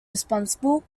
responsible